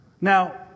Now